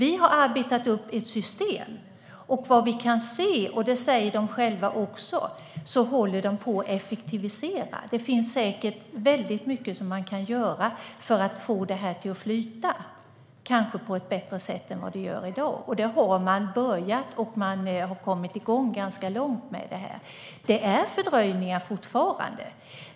De har arbetat upp ett system och säger själva att de håller på att effektivisera. Det finns säkert väldigt mycket som man kan göra för att få det här att flyta på ett bättre sätt än vad det gör i dag, och det har man kommit ganska långt med. Det är fortfarande fördröjningar.